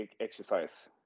exercise